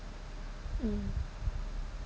uh